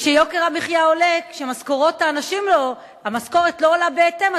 וכשיוקר המחיה עולה והמשכורת לא עולה בהתאם,